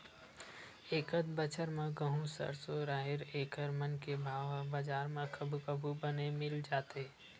एकत बछर म गहूँ, सरसो, राहेर एखर मन के भाव ह बजार म कभू कभू बने मिल जाथे